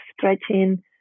stretching